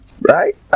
right